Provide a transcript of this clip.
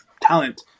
talent